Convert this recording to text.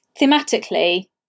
thematically